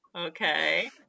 Okay